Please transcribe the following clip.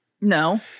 No